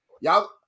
Y'all